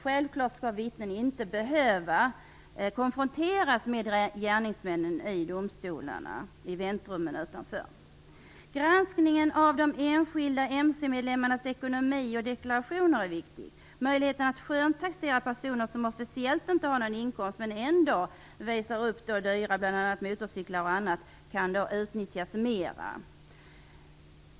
Självfallet skall vittnen inte behöva konfronteras med gärningsmännen i domstolarnas väntrum. Granskningen av de enskilda mc-medlemmarnas ekonomi och deklarationer är viktig. Möjligheten att skönstaxera personer som officiellt inte har någon inkomst men som ändå visar upp dyra motorcyklar och annat kan då utnyttjas mer.